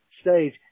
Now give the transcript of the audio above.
stage